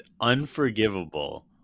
unforgivable